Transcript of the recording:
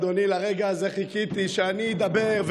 אדוני, לרגע הזה חיכיתי, שאני אדבר.